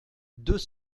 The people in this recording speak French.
deux